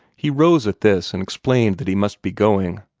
he rose at this, and explained that he must be going.